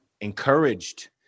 encouraged